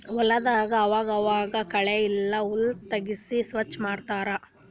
ಹೊಲದಾಗ್ ಆವಾಗ್ ಆವಾಗ್ ಕಳೆ ಇಲ್ಲ ಹುಲ್ಲ್ ತೆಗ್ಸಿ ಸ್ವಚ್ ಮಾಡತ್ತರ್